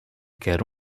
quer